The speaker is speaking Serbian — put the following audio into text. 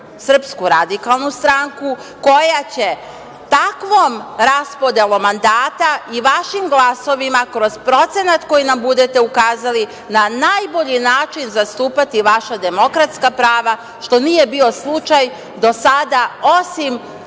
opozicionu stranku SRS koja će takvom raspodelom mandata i vašim glasovima kroz procenat koji nam budete ukazali na najbolji način zastupati vaša demokratska prava, što nije bio slučaj do sada, osim